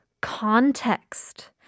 context